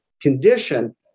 condition